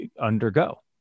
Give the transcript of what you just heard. undergo